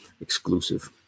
exclusive